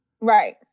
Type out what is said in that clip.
Right